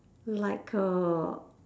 like a